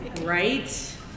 Right